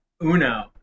Uno